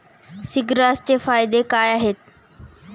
सीग्रासचे फायदे काय आहेत?